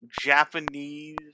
Japanese